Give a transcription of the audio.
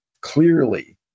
clearly